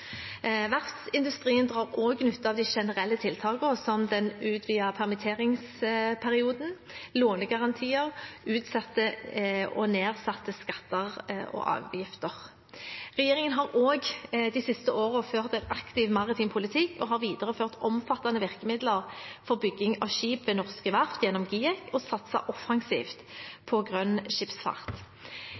Verftsindustrien drar også nytte av de generelle tiltakene, som den utvidede permitteringsperioden, lånegarantier og utsatte og nedsatte skatter og avgifter. Regjeringen har også de siste årene ført en aktiv maritim politikk og har videreført omfattende virkemidler for bygging av skip ved norske verft gjennom GIEK og satset offensivt på grønn skipsfart.